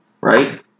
right